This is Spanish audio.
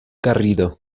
garrido